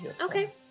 Okay